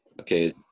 Okay